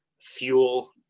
fuel